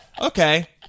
Okay